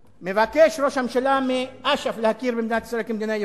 מבקש ראש הממשלה מאש"ף להכיר במדינת ישראל כמדינה יהודית,